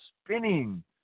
spinning